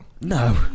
No